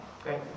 great